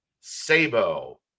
Sabo